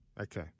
Okay